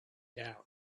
down